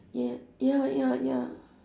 ya ya ya ya